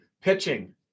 Pitching